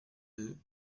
deux